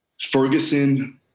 Ferguson